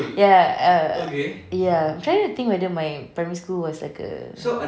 ya err ya I'm trying to think whether my primary school was like a